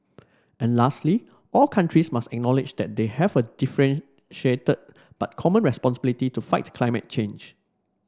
and lastly all countries must acknowledge that they have a differentiated but common responsibility to fight climate change